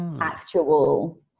actual